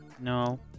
No